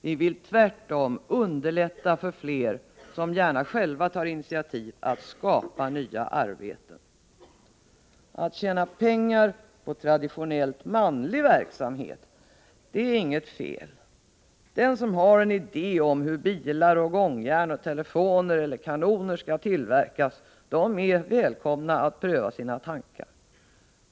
Vi vill tvärtom underlätta för fler som gärna själva tar initiativ att skapa nya arbeten. Att tjäna pengar på traditionellt manlig verksamhet är inget fel. De som har en idé om hur bilar, gångjärn, telefoner eller kanoner skall tillverkas är välkomna att pröva sina tankar.